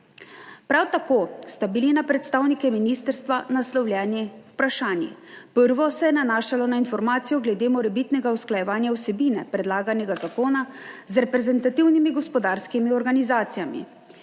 Prav tako sta bili na predstavnike ministrstva naslovljeni vprašanji. Prvo se je nanašalo na informacijo glede morebitnega usklajevanja vsebine predlaganega zakona z reprezentativnimi gospodarskimi organizacijami.